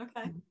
okay